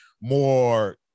more